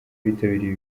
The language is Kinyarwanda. abitabiriye